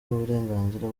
uburenganzira